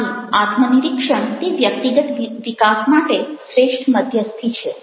આથી આત્મનિરીક્ષણ તે વ્યક્તિગત વિકાસ માટે શ્રેષ્ઠ મધ્યસ્થી છે